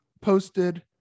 posted